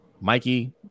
Mikey